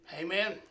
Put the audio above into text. Amen